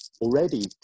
already